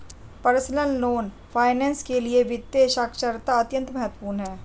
personal finance के लिए वित्तीय साक्षरता अत्यंत महत्वपूर्ण है